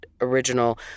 original